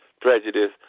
prejudice